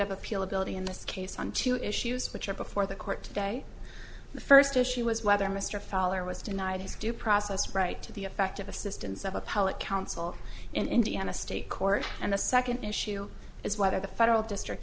of appeal ability in this case on two issues which are before the court today the first issue was whether mr fowler was denied his due process right to the effective assistance of appellate counsel in indiana state court and the second issue is whether the federal district